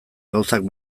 gauzak